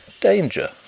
danger